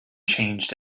changed